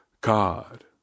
God